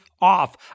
off